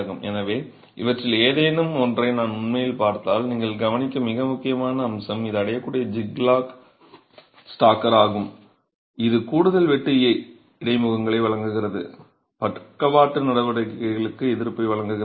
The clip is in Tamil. எனவே இவற்றில் ஏதேனும் ஒன்றை நாம் உண்மையில் பார்த்தால் நீங்கள் கவனிக்கும் மிக முக்கியமான அம்சம் இது அடையக்கூடிய ஜிக்ஜாக் ஸ்டாக்கர் ஆகும் இது கூடுதல் வெட்டு இடைமுகங்களை வழங்குகிறது பக்கவாட்டு நடவடிக்கைகளுக்கு எதிர்ப்பை வழங்குகிறது